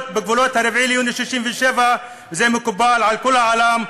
בגבולות 4 ביוני 67'. זה מקובל על כל העולם,